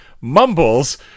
mumbles